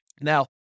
Now